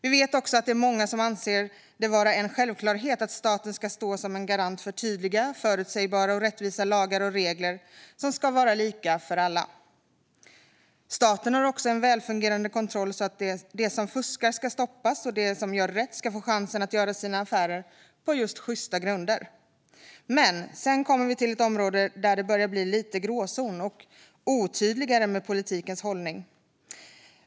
Vi vet också att många anser det vara en självklarhet att staten ska stå som garant för tydliga, förutsägbara och rättvisa lagar och regler som ska vara lika för alla. Staten ska också ha en välfungerande kontroll så att de som fuskar stoppas och de som gör rätt får chansen att göra sina affärer på sjysta grunder. Sedan kommer vi dock till ett område där det börjar bli lite av en gråzon och otydligare med politikens hållning.